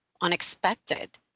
unexpected